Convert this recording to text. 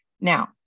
Now